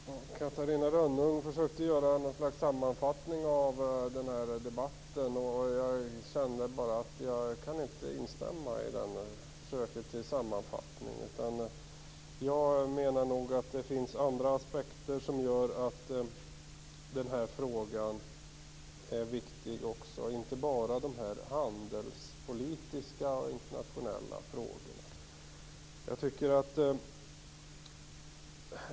Herr talman! Catarina Rönnung försökte göra något slags sammanfattning av denna debatt. Jag känner bara att jag inte kan instämma i detta försök till sammanfattning. Jag menar nog att det finns andra aspekter som gör att denna fråga är viktig, inte bara dessa handelspolitiska och internationella frågor.